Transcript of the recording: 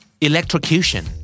Electrocution